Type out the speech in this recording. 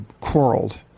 quarreled